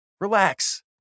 Relax